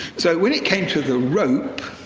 so when it came to the rope,